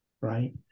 right